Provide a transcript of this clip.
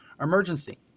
emergency